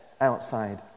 outside